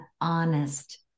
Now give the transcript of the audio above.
honest